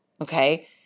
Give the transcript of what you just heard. okay